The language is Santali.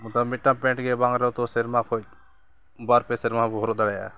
ᱢᱚᱛᱚ ᱢᱤᱫᱴᱟᱝ ᱯᱮᱱᱴ ᱜᱮ ᱵᱟᱝ ᱨᱮᱦᱚᱸᱛᱚ ᱥᱮᱨᱢᱟ ᱠᱷᱚᱡ ᱵᱟᱨ ᱯᱮ ᱥᱮᱨᱢᱟ ᱵᱚᱱ ᱦᱚᱨᱚᱜ ᱫᱟᱲᱮᱭᱟᱜᱼᱟ